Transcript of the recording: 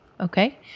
Okay